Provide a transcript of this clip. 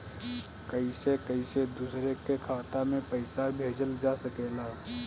कईसे कईसे दूसरे के खाता में पईसा भेजल जा सकेला?